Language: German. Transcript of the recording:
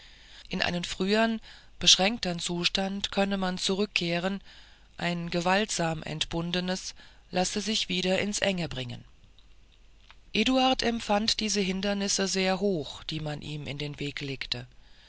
in einen frühern beschränktern zustand könne man zurückkehren ein gewaltsam entbundenes lasse sich wieder ins enge bringen eduard empfand indessen die hindernisse sehr hoch die man ihm in den weg legte